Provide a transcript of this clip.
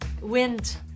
wind